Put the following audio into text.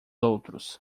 outros